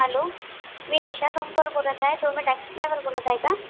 hello मी इशा सोनकर बोलत आहे तुम्ही टॅक्सी ड्रायवर बोलत आहे का